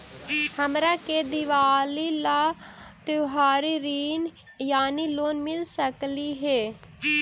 हमरा के दिवाली ला त्योहारी ऋण यानी लोन मिल सकली हे?